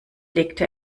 legte